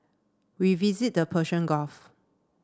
we visit the Persian Gulf